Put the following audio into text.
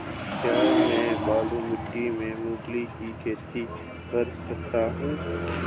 क्या मैं बालू मिट्टी में मूंगफली की खेती कर सकता हूँ?